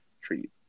treat